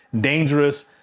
dangerous